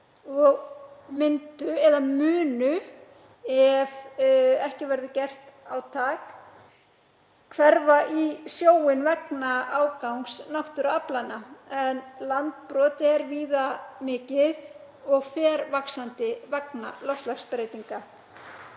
og munu, ef ekki verður gert átak, hverfa í sjóinn vegna ágangs náttúruaflanna, en landbrot er víða mikið og fer vaxandi vegna loftslagsbreytinga.